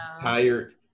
tired